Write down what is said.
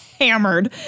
Hammered